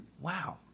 Wow